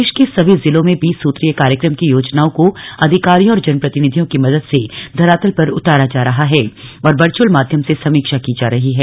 प्रदेश के सभी जिलों में बीस सूत्रीय कार्यक्रम की योजनाओं को अधिकारियों और जनप्रतिनिधियों की मदद से धरातल पर उतारा जा रहा है और वर्चुअल माध्यम से समीक्षा की जा रही है